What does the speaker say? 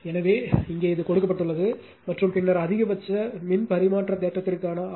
எனவே இங்கே இது கொடுக்கப்பட்டுள்ளது என்றும் பின்னர் அதிகபட்ச மின் பரிமாற்ற தேற்றத்திற்கான ஆர்